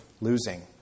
losing